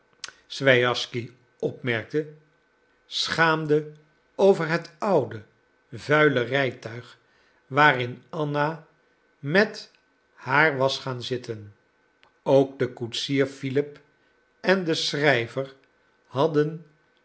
swijaschsky opmerkte schaamde over het oude vuile rijtuig waarin anna met haar was gaan zitten ook de koetsier philip en de schrijver hadden